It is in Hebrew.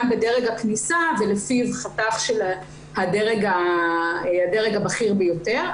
בדרג הכניסה ולפיו החתך של הדרג הבכיר ביותר,